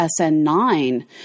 SN9